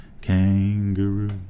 Kangaroo